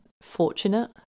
fortunate